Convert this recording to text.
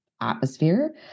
atmosphere